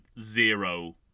zero